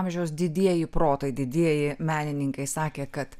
amžiaus didieji protai didieji menininkai sakė kad